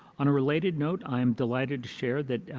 on a related note, i'm delighted to share that